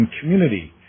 community